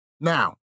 Now